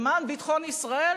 למען ביטחון ישראל,